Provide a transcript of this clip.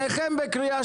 שניכם בקריאה